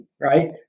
right